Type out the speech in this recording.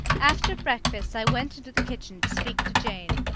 after breakfast, i went into the kitchen to speak to jane.